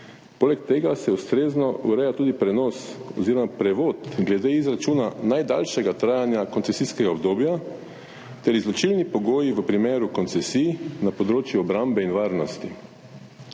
Poleg tega se ustrezno ureja tudi prenos oziroma prevod glede izračuna najdaljšega trajanja koncesijskega obdobja ter izločilni pogoji v primeru koncesij na področju obrambe in varnosti.